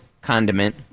condiment